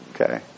Okay